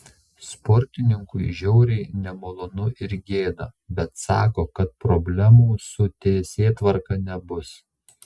sportininkui žiauriai nemalonu ir gėda bet sako kad problemų su teisėtvarka nebus